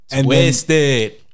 Twisted